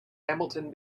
hamilton